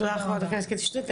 תודה ח"כ קטי שטרית,